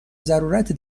ضرورت